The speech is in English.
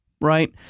right